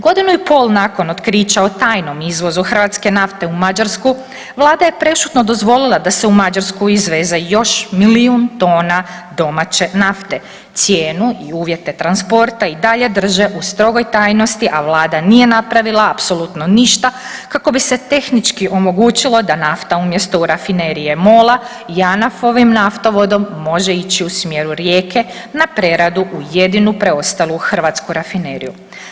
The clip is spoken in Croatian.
Godinu i pol nakon otkrića o tajnom izvozu hrvatske nafte u Mađarsku, Vlada je prešutno dozvolila da se u Mađarsku izveze još milijun tona domaće nafte, cijenu i uvjete transporta i dalje drže u strogoj tajnosti, a Vlada nije napravila apsolutno ništa kako bi se tehničko omogućilo da nafta, umjesto u rafinerije MOL-a, JANAF-ovim naftovodom može ići u smjeru Rijeke na preradu u jedinu preostalu hrvatsku rafineriju.